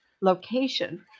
location